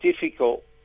difficult